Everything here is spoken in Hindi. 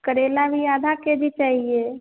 करेला भी आधा के जी चाहिए